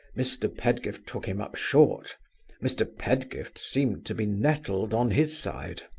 mr. pedgift took him up short mr. pedgift seemed to be nettled on his side.